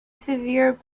severe